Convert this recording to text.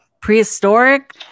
prehistoric